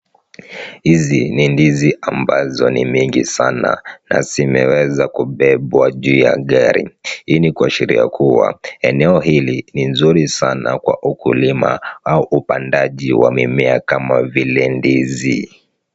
Hizi ni ndizi ambazo ni mingi sana na zimeweza kubebwa juu ya gari. Hii ni kuashiria kuwa, eneo hili ni nzuri sana kwa ukulima au upandaji wa mimea kama vile ndizi.